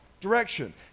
direction